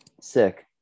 Sick